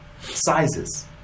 sizes